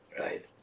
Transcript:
Right